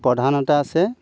প্ৰধানতা আছে